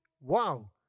Wow